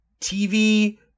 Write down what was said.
TV